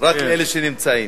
רק לאלה שנמצאים.